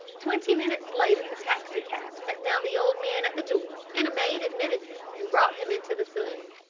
twenty minutes later a taxicab set down the old man at the door, and a maid admitted him and brought him into the saloon.